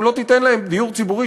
אם לא תיתן להם דיור ציבורי,